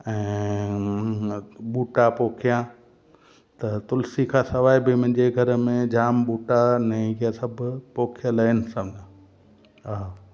ऐं बूटा पोखियां त तुलसी खां सवाइ बि मुंहिंजे घर में जाम बूटा आहिनि ईअं सभु पोखियल आहिनि संग हा